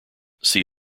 see